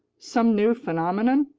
some new phenomenon?